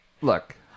look